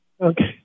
Okay